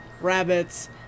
rabbits